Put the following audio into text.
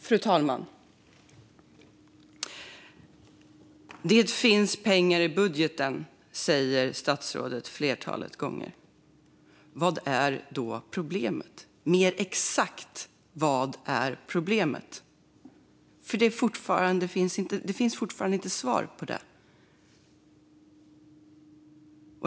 Fru talman! Det finns pengar i budgeten, har statsrådet sagt ett flertal gånger. Vad är då problemet, mer exakt? Det finns fortfarande inget svar på det.